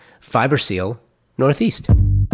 FiberSealNortheast